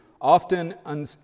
often